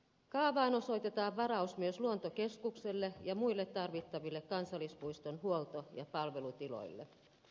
kaavaan osoitetaan varaus myös luontokeskukselle ja muille tarvittaville kansallispuiston huolto ja palvelutiloille